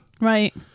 Right